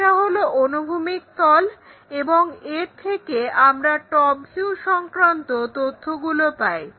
এটা হলো অনুভূমিক তল এবং এর থেকে আমরা টপভিউ সংক্রান্ত তথ্যগুলো পাই